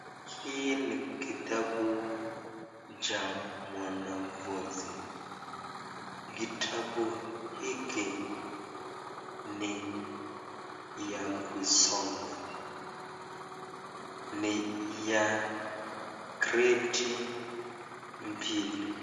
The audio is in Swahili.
Hii ni kitabu cha mwanafunzi kitabu hiki ni ya kusoma ni ya gredi mbili.